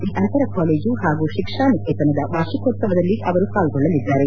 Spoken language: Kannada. ಡಿ ಅಂತರ ಕಾಲೇಜು ಹಾಗೂ ಶಿಕ್ಷಾ ನಿಕೇತನದ ವಾರ್ಷಿಕೋತ್ಸವದಲ್ಲಿ ಅವರು ಪಾಲ್ಗೊಳ್ಳಲಿದ್ದಾರೆ